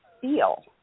feel